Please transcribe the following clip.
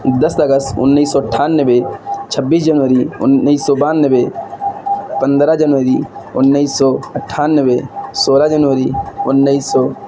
دس اگست انیس سو اٹھانوے چھبیس جنوری انیس سو بانوے پندرہ جنوری انیس سو اٹھانوے سولہ جنوری انیس سو